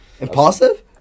Impulsive